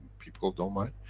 people don't mind?